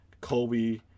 Kobe